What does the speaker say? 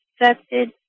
affected